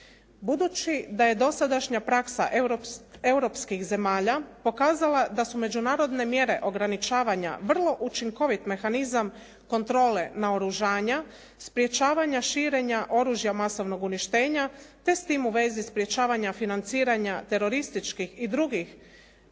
Budući da je dosadašnja praksa europskih zemalja pokazala da su međunarodne mjere ograničavanja vrlo učinkovit mehanizam kontrole naoružanja, sprječavanja širenja oružja masovnog uništenja te s tim u vezi sprječavanja financiranja terorističkih i drugih